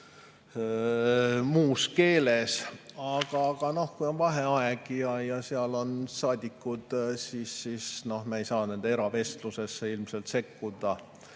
muus keeles. Aga noh, kui on vaheaeg ja seal on saadikud, siis me ei saa nende eravestlusesse ilmselt sekkuda.